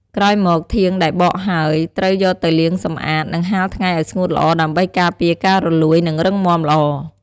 ក្រោយមកធាងដែលបកហើយត្រូវយកទៅលាងសម្អាត និងហាលថ្ងៃឲ្យស្ងួតល្អ ដើម្បីការពារការរលួយ និងរឹងមាំល្អ។